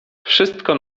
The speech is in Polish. wszystko